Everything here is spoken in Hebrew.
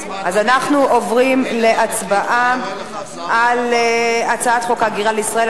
אנחנו עומדים להצבעה על הצעת החוק ההגירה לישראל,